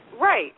Right